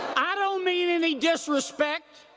i don't mean any disrespect,